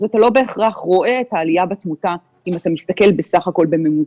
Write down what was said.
אז אתה לא בהכרח רואה את העלייה בתמותה אם אתה מסתכל בסך הכול בממוצע.